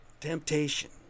temptation